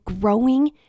growing